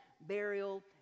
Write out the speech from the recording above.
burial